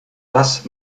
das